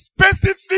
specific